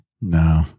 No